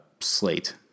slate